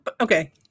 okay